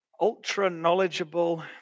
ultra-knowledgeable